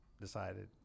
decided